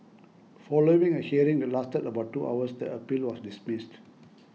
following a hearing that lasted about two hours the appeal was dismissed